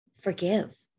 forgive